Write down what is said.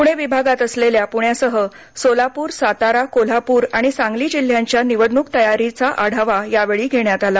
पुणे विभागात असलेल्या पुण्यासह सोलापूर सातारा कोल्हापूर आणि सांगली जिल्ह्यांच्या निवडणूक तयारीचा यावेळी आढावा घेण्यात आला